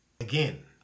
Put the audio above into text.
Again